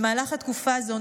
במהלך התקופה הזו,